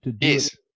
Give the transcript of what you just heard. Yes